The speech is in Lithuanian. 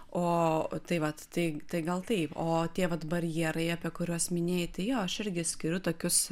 o tai vat tai tai gal tai o tie vat barjerai apie kuriuos minėjai tai jo aš irgi skiriu tokius